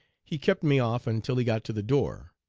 he kept me off until he got to the door,